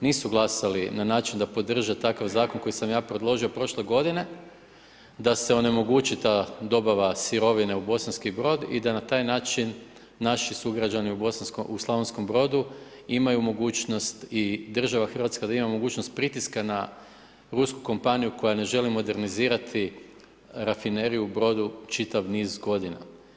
Nisu glasali na način da podrže takav Zakon koji sam ja predložio prošle godine, da se onemogući ta dobava sirovine u Bosanski Brod i da na taj način naši sugrađani u Slavonskom Brodu imaju mogućnosti i država Hrvatska da ima mogućnost pritiska na rusku kompaniju koja ne želi modernizirati rafineriju u Brodu čitav niz godina.